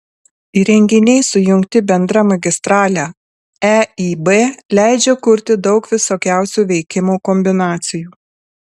įrenginiai sujungti bendra magistrale eib leidžia kurti daug visokiausių veikimo kombinacijų